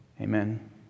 amen